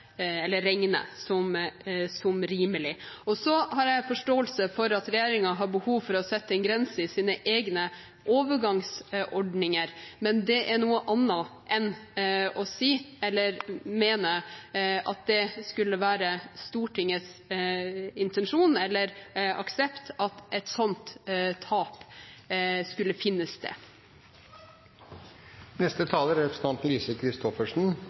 regne som rimelig. Så har jeg forståelse for at regjeringen har behov for å sette en grense i sine egne overgangsordninger, men det er noe annet enn å si eller mene at det skulle være Stortingets intensjon eller aksept at et slikt tap skulle